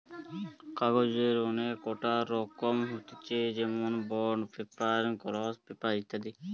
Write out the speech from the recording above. কাগজের অনেক কটা রকম হতিছে যেমনি বন্ড পেপার, গ্লস পেপার ইত্যাদি